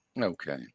Okay